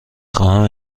خواهم